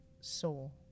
soul